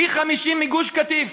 פי-50 מגוש-קטיף,